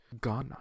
Ghana